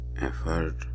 effort